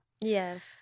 Yes